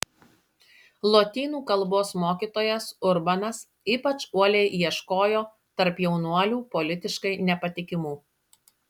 lotynų kalbos mokytojas urbanas ypač uoliai ieškojo tarp jaunuolių politiškai nepatikimų